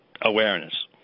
awareness